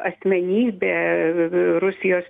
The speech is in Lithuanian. asmenybė rusijos